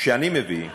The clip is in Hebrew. שאני מביא,